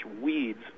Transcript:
weeds